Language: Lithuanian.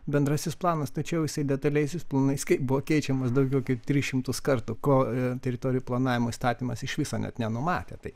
bendrasis planas tačiau jisai detaliaisiais planais kai buvo keičiamas daugiau kaip tris šimtus kartų ko teritorijų planavimo įstatymas iš viso net nenumatė tai